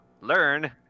learn